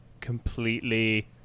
completely